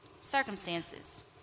Circumstances